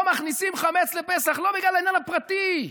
לא מכניסים חמץ בפסח לא בגלל העניין הפרטי,